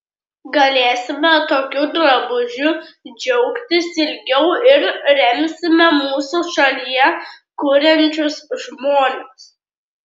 galėsime tokiu drabužiu džiaugtis ilgiau ir remsime mūsų šalyje kuriančius žmones